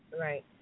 right